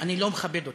אני לא מכבד אותה.